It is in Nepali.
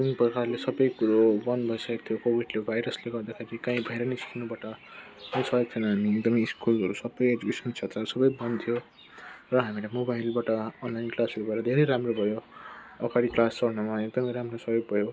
जुन प्रकारले सबै कुरो बन्द भइसकेको थियो कोभिडले भाइरसले गर्दाखेरि कहीँ बाहिर निस्कनुबाट सकेको थिएन हामी एकदमै स्कुलहरू सबै एजुकेस्नल क्षेत्रहरू सबै बन्द थियो र हामीले मोबाइलबाट अनलाइन क्लासहेरूबाट धेरै राम्रो भयो अगाडि क्लास सर्नमा एकदमै राम्रो सहयोग भयो